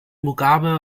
mugabe